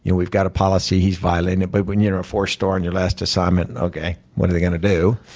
you know we've got a policy, he's violating it. but when you're a four-star on your last assignment, and okay, what are they going to do?